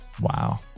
Wow